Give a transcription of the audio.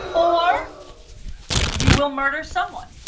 or you will murder someone.